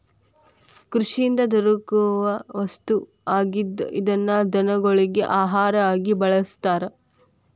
ಕೃಷಿಯಿಂದ ದೊರಕು ವಸ್ತು ಆಗಿದ್ದ ಇದನ್ನ ದನಗೊಳಗಿ ಆಹಾರಾ ಆಗಿ ಬಳಸ್ತಾರ